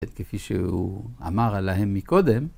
כפי שהוא אמר עליהם מקודם